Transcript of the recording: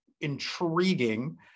intriguing